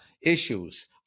issues